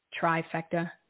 trifecta